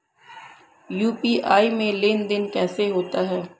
UPI में लेनदेन कैसे होता है?